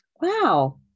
Wow